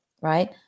right